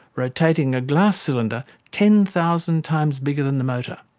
rotating a glass cylinder ten thousand times bigger than the motor.